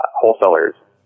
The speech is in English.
wholesalers